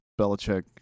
Belichick